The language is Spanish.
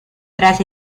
tras